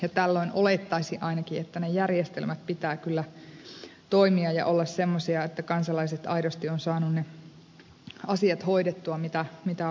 tällöin olettaisi ainakin että järjestelmien pitää kyllä toimia ja olla semmoisia että kansalaiset aidosti ovat saaneet ne asiat hoidettua mitä on luvattu